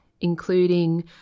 including